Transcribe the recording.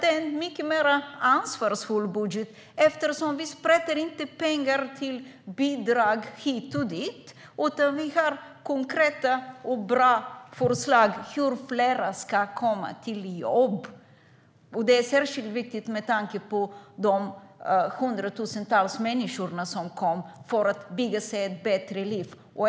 Det är en mer ansvarsfull budget eftersom vi inte sprätter pengar på bidrag hit och dit, utan vi har konkreta och bra förslag på hur fler ska komma till jobb. Det är särskilt viktigt med tanke på de hundratusentals människor som har kommit för att bygga sig ett bättre liv.